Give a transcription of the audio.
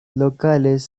locales